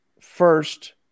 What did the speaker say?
first